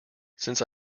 since